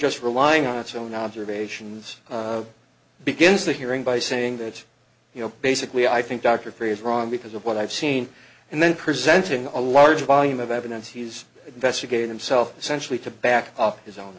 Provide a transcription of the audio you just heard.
just relying on its own observations begins the hearing by saying that you know basically i think dr perry is wrong because of what i've seen and then presenting a large volume of evidence he's investigated himself essentially to back up his own